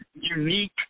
unique